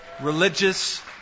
religious